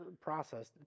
process